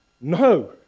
No